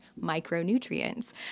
micronutrients